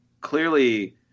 clearly